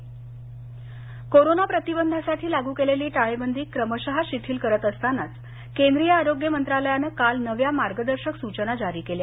सूचना कोरोना प्रतिबंधासाठी लागू केलेली टाळेबंदी क्रमशः शिथिल करत असताना केंद्रीय आरोग्य मंत्रालयानं काल नव्या मार्गदर्शक सूचना जारी केल्या